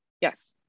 Yes